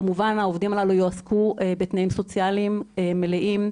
כמובן שהעובדים הללו יועסקו בתנאים סוציאליים מלאים.